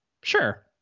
Sure